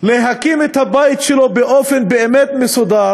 להקים את הבית שלו באופן באמת מסודר,